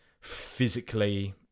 physically